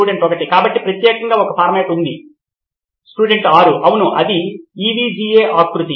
student 1 కాబట్టి ప్రత్యేకంగా ఒక ఫార్మాట్ ఉంది విద్యార్థి 6 అవును ఇది EVGA ఆకృతి